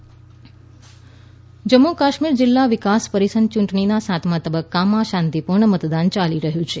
જમ્મુ કાશ્મીર જમ્મુ કાશ્મીરમાં જિલ્લા વિકાસ પરિષદ ચૂંટણીના સાતમા તબક્કામાં શાંતિપૂર્ણ મતદાન ચાલી રહ્યું છે